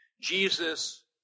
Jesus